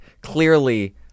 clearly